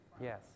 Yes